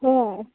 ꯍꯣꯏ